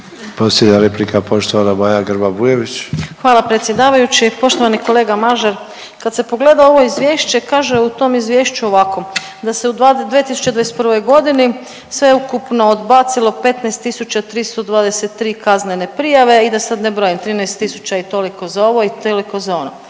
Bujević. **Grba-Bujević, Maja (HDZ)** Hvala predsjedavajući. Poštovani kolega Mažar, kad se pogleda ovo izvješće kaže u tom izvješću ovako, da se u 2021. godini sveukupno odbacilo 15.323 kaznene prijave i da se sad ne brojim 13 tisuća i toliko za ovo i toliko za ono.